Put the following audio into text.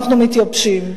אנחנו מתייבשים.